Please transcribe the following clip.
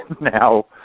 now